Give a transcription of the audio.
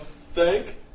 thank